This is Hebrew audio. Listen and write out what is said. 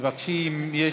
תבקשי אם יש,